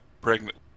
pregnant